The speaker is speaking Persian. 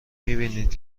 میبینید